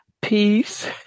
peace